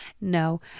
no